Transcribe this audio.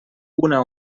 una